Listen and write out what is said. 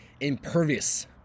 Impervious